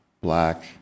black